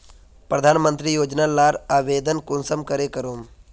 प्रधानमंत्री योजना लार आवेदन कुंसम करे करूम?